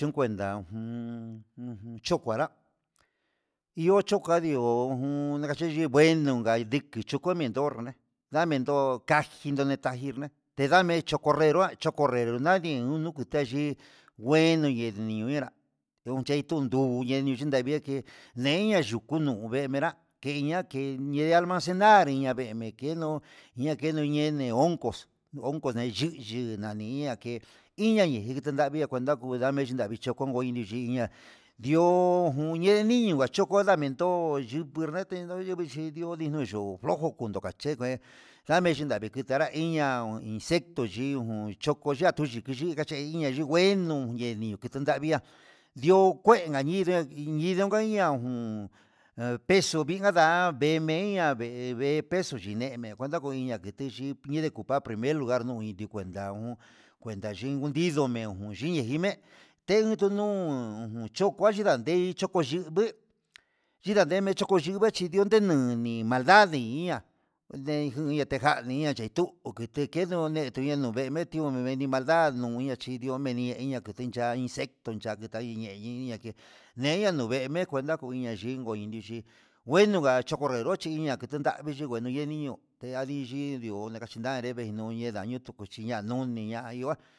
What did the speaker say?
Yunguen ndaun jun chokanra iho chukadió ojun nakachi ngueno ngaidiki yuchu kue miendol ndamen kajino njima'a tendame chokonrenro'a chokonre nadien uun nukuteyi ngueno ni nguen yonreda nduchein ndundubu cheni yundavia ke'e ndenia yuku nuu ve'e minrá kenike yi alma xí cherañemia kéno ña keno ñene hongos honhos nayuyu ani yinia ke'e iña yee kitin ndavii nakuenta kuu name chindave vicho konngo ichi yini'a, yo'o ndio nje niño ngua choko nda mento kutu nrete yo'o ndimechí ndio yiño yo'o flojo kondo cachete ndame kundavi nanra iin ña'a insecto yiu choko yato yiki xhiva yeiña ngueno uun yen kito ndavia ndio kue añidia inyii ndanka ihá jun nde peso inganra ndemenia ndemenya ndéve pexli vee kuenta uiña kitiji pide cupar primer lugar no nguide nguan uun, kuenta me'e nuyindo meon no yinee jime'e tenuu tunun yukua xhindoa, ne' ko yivii yina yeme choko chime'e chindío ndenuni maldad ndi ihá ndejunde tejani nia chitu keche kendo iña no meme ketiu noveni maldad no inia chinio medi ya'a inia chiya insecto chandika iye i iinña ke nela nuu veme'e kuenta ko kuña yinguo niichíngueno ga cho nredochí iña ndakandangui nuyee noyendinio tuayindii nindio nachinra yemia yuveme cuenta kuu iña yinko ko inixhi ngueno nga choko nrerochi iña kutendavii nyungueno ndedionke adixhio ndikanchindavi ñanreve ndañutu tekuna noni iha ya.